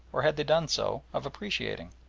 or had they done so, of appreciating.